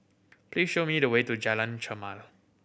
please show me the way to Jalan Chermai